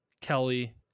Kelly